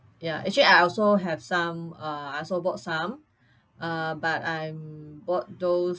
ya actually I also have some uh I also bought some uh but I mm bought those